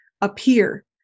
appear